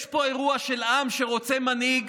יש פה אירוע של עם שרוצה מנהיג,